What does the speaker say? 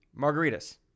margaritas